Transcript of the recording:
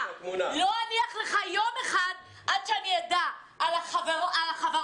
לא אניח לך יום אחד עד שאדע על החברות,